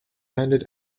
handed